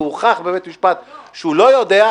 והוכח בבית משפט שהוא לא ידע,